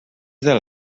del